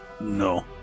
No